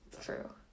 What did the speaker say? true